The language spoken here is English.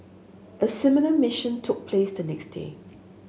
a similar mission took place the next day